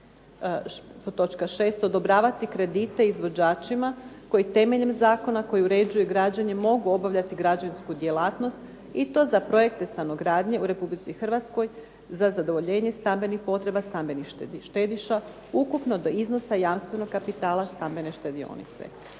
6. odobravati kredite izvođačima koji temeljem zakona koji uređuje građenje mogu obavljati građevinsku djelatnost i to za projekte stanogradnje u RH za zadovoljenje stambenih potreba stambenih štediša ukupno do iznosa jamstvenog kapitala stambene štedionice.